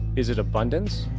is it abundance?